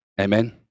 amen